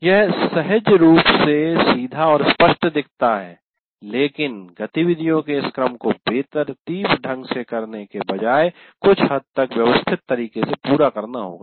यह सहज रूप से सीधा और स्पष्ट दिखता है लेकिन गतिविधियों के इस क्रम को बेतरतीब ढंग से करने के बजाय कुछ हद तक व्यवस्थित तरीके से पूरा करना होगा